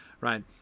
right